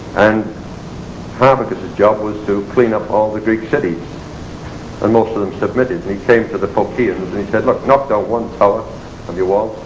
and harpagus's job was to clean up all of the greek cities and most of them submitted and he went to the phocaeans and said knock knock down one tower and your wall,